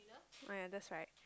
ah ya that's right